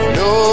no